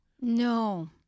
No